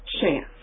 chance